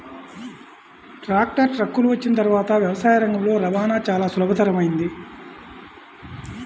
tractor, ట్రక్కులు వచ్చిన తర్వాత వ్యవసాయ రంగంలో రవాణా చాల సులభతరమైంది